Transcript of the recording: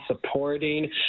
supporting